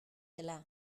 dela